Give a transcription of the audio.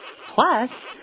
Plus